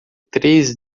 três